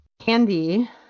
Candy